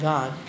God